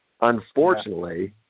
unfortunately